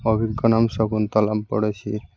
অভিজ্ঞানম শকুন্তলম পড়েছি